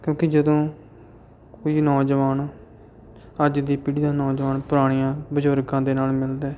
ਕਿਉਂਕਿ ਜਦੋਂ ਕੁਝ ਨੌਜਵਾਨ ਅੱਜ ਦੀ ਪੀੜ੍ਹੀ ਦਾ ਨੌਜਵਾਨ ਪੁਰਾਣਿਆਂ ਬਜ਼ੁਰਗਾਂ ਦੇ ਨਾਲ ਮਿਲਦਾ ਹੈ